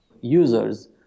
users